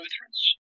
Lutherans